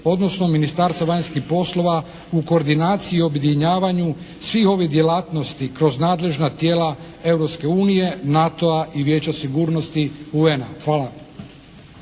odnosno Ministarstva vanjskih poslova u koordinaciji i objedinjavanju svih ovih djelatnosti kroz nadležna tijela Europske unije, NATO-a i Vijeća sigurnosti UN-a. Hvala.